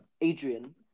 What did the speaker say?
Adrian